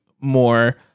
more